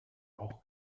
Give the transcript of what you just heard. auch